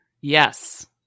Yes